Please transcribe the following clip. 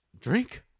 drink